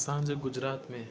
असांजे गुजरात में